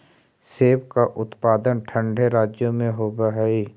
सेब का उत्पादन ठंडे राज्यों में होव हई